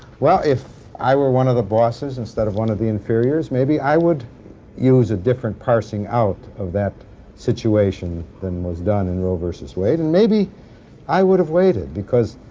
well, if i were one of the bosses instead of one of the inferiors, maybe i would use a different parsing out of that situation than was done in roe versus wade. and maybe i would have waited because